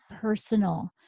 personal